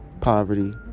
poverty